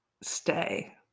stay